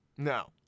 No